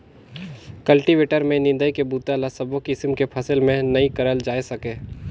cultivator में निंदई के बूता ल सबो किसम के फसल में नइ करल जाए सके